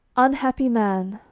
unhappy man!